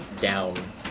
down